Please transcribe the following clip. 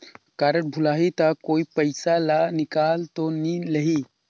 Card भुलाही ता कोई पईसा ला निकाल तो नि लेही?